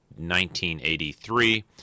1983